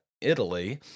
Italy